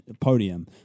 podium